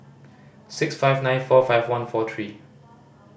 six five nine four five one four three